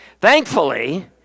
Thankfully